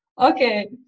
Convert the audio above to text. okay